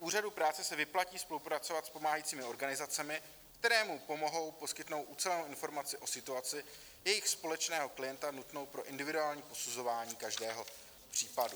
Úřadu práce se vyplatí spolupracovat s pomáhajícími organizacemi, které mu pomohou poskytnout ucelenou informaci o situaci jejich společného klienta nutnou pro individuální posuzování každého případu.